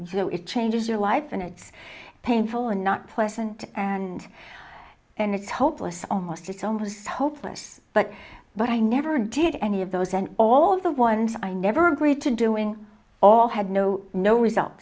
joe it changes your life and it's painful and not pleasant and and it's hopeless almost it's almost hopeless but but i never did any of those and all of the ones i never agreed to doing all had no no result